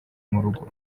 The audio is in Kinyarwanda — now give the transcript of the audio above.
murugo